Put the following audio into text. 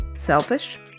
Selfish